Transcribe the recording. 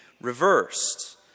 reversed